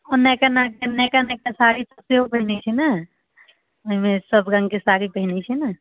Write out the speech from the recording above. ओने केना नवका नवका साड़ी सेहो पहिरैत छै ने ओहिमे सभ रङ्गके साड़ी पहिरैत छै ने